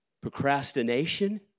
procrastination